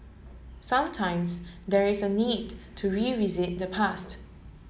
sometimes there is a need to revisit the past